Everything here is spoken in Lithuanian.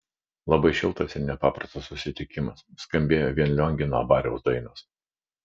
labai šiltas ir nepaprastas susitikimas skambėjo vien liongino abariaus dainos